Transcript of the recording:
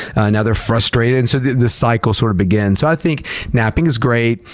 and now they're frustrated, and so the the cycle sort of begins. so, i think napping is great.